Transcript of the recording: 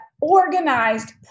organized